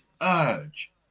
urge